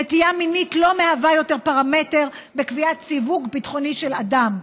נטייה מינית לא מהווה יותר פרמטר בקביעת סיווג ביטחוני של אדם.